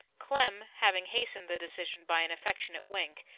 clem having hastened the decision by an affectionate wink,